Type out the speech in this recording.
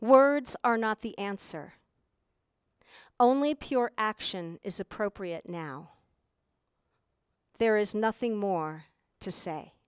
words are not the answer only pure action is appropriate now there is nothing more to say